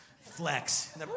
flex